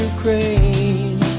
Ukraine